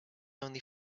only